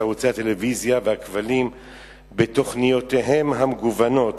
ערוצי הטלוויזיה והכבלים בתוכניותיהם המגוונות,